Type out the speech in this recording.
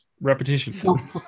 repetition